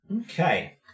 Okay